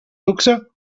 luxe